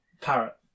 parrot